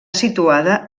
situada